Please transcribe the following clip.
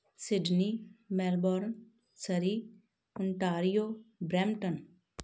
Sydney Melbourne Surrey Ontario Brampton